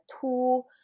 two